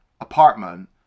apartment